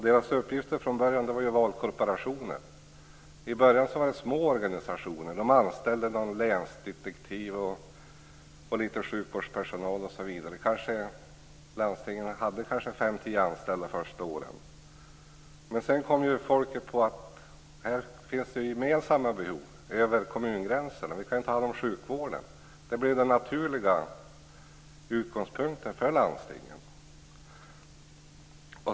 Deras uppgift var från början valkorporationer. I början var det små organisationer. De anställde någon länsdetektiv och litet sjukvårdspersonal. De hade kanske 5-10 anställda de första åren. Men sedan kom folket på att det fanns gemensamma behov över kommungränserna och att landstingen kunde ta hand om sjukvården. Det blev den naturliga utgångspunkten för landstingen.